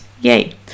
yay